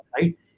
right